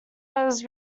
was